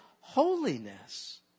holiness